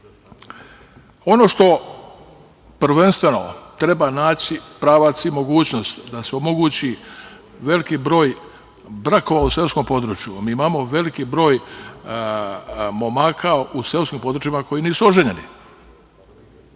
itd. Ono što prvenstveno treba naći pravac i mogućnost da se omogući veliki broj brakova u seoskom području. Mi imamo veliki broj momaka u seoskim područjima koji nisu oženjeni.